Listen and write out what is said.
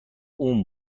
اون